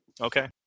okay